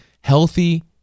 healthy